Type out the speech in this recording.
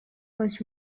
was